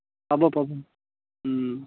পাব পাব